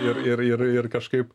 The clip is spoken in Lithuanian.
ir ir ir ir kažkaip